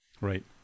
Right